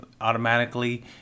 automatically